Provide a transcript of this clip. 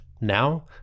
Now